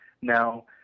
Now